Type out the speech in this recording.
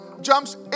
jumps